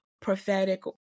prophetic